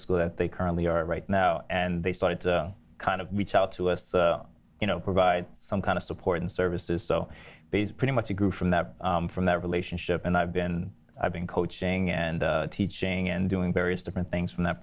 school that they currently are right now and they started to kind of reach out to us you know provide some kind of support and services so base pretty much a group from that from that relationship and i've been i've been coaching and teaching and doing various different things from that